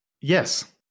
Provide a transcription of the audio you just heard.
Yes